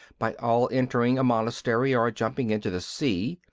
by all entering a monastery or jumping into the sea,